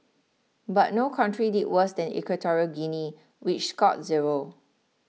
but no country did worse than Equatorial Guinea which scored zero